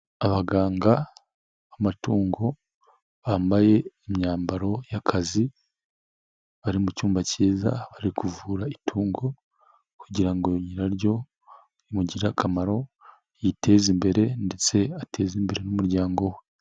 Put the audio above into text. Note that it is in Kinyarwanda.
Abaganga b'amatungo bambaye imyambaro y'akazi, bari mu cyumba cyiza, aho bari kuvura itungo kugira ngo nyiraryo rimugirire akamaro, yiteza imbere ndetse ateze imbere n'umuryango we.